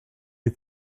you